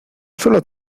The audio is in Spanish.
solo